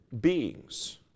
beings